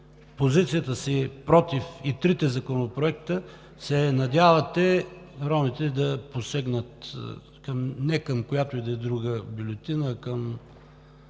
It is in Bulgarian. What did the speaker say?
позицията си против трите законопроекта, се надявате ромите да посегнат не към която и да е друга бюлетина, а към